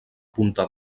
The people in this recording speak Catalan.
punta